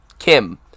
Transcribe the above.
Kim